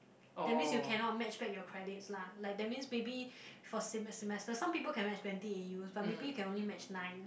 that means you cannot match back your credits lah like that means maybe for sem semester some people can match twenty A_Us but maybe you can only match nine